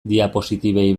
diapositibei